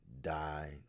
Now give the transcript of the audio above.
die